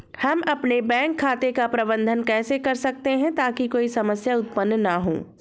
हम अपने बैंक खाते का प्रबंधन कैसे कर सकते हैं ताकि कोई समस्या उत्पन्न न हो?